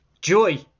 Joy